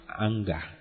anger